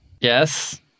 Yes